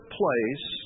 place